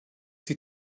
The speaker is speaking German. die